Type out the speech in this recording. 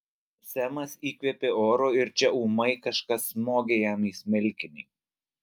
semas įkvėpė oro ir čia ūmai kažkas smogė jam į smilkinį